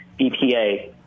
BPA